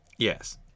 Yes